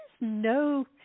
no